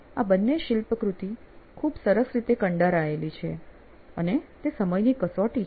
આ બંને શિલ્પકૃતિ ખુબ સરસ રીતે કંડારાયેલી છે અને તે સમયની કસોટી છે